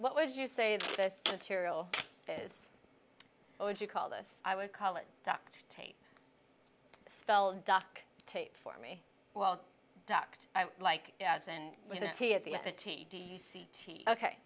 what would you say this is what would you call this i would call it duct tape spelled duck tape for me well duct like us and the t at the at the